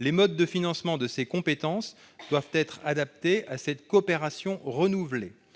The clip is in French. Les modes de financement de ces compétences doivent être adaptés à cette coopération renouvelée.